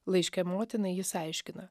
laiške motinai jis aiškina